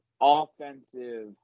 offensive